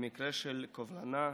במקרה של קובלנה,